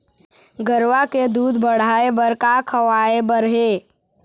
गरवा के दूध बढ़ाये बर का खवाए बर हे?